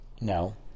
No